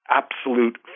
absolute